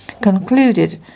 concluded